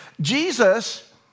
Jesus